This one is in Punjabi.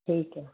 ਠੀਕ ਹੈ